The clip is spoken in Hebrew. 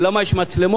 ולמה יש מצלמות.